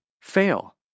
fail